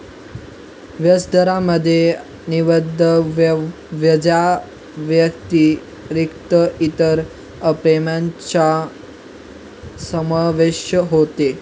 व्याजदरामध्ये निव्वळ व्याजाव्यतिरिक्त इतर पेमेंटचा समावेश होतो